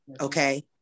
Okay